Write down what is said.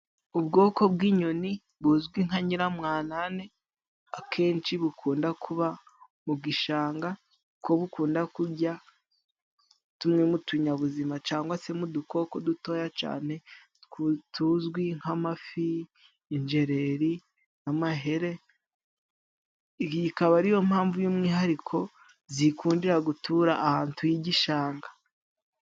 Ubwoko bw'inyoni buzwi nka nyiramwanane, akenshi bukunda kuba mu gishanga, kuko bukunda kurya tumwe mu tunyabuzima cyangwa se mu udukoko dutoya cyane tuzwi nk'amafi, injereri n'amahere, iyi ikaba ariyo mpamvu y'umwihariko zikundira gutura ahantu h'igishanga.